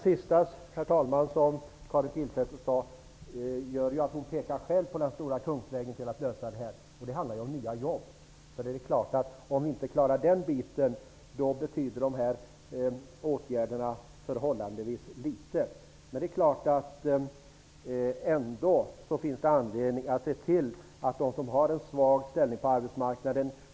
Herr talman! Karin Pilsäter pekade själv på den stora kungsvägen till att lösa problemet. Det handlar om nya jobb. Det är klart att om det inte finns nya jobb betyder dessa åtgärder förhållandevis litet. Det finns ändå anledning att se efter dem som har en svag ställning på arbetsmarknaden.